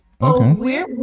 Okay